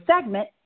segment